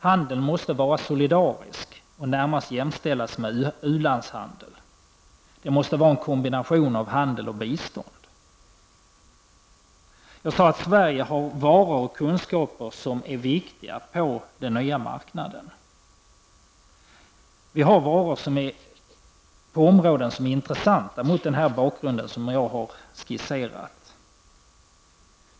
Handeln måste vara solidarisk och närmast jämställas med u-landshandel. Det måste vara en kombination av handel och bistånd. Sverige har varor och kunskaper som är viktiga på den nya marknaden. Vi har varor på områden som är intressanta mot den bakgrund som jag har skisserat.